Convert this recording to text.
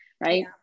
right